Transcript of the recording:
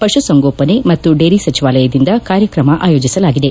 ಪಶು ಸಂಗೋಪನೆ ಮತ್ತು ಡೇರಿ ಸಚಿವಾಲಯದಿಂದ ಕಾರ್ಯಕ್ರಮ ಆಯೋಜಿಸಲಾಗಿದೆ